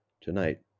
Tonight